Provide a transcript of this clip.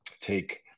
take